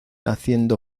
haciendo